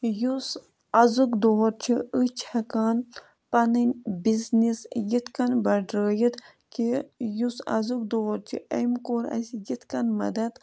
یُس اَزُک دور چھِ أسۍ چھِ ہٮ۪کان پَنٕنۍ بِزنٮِس یِتھ کٔنۍ بَڑرٲیِتھ کہِ یُس اَزُک دور چھُ أمۍ کوٚر اَسہِ یِتھ کٔنۍ مَدتھ